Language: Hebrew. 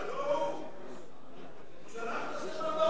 זה לא הוא שלח את הספר לברגותי.